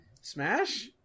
Smash